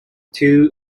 two